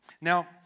Now